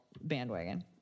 bandwagon